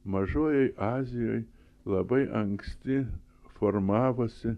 mažojoj azijoj labai anksti formavosi